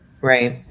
Right